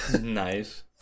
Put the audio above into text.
Nice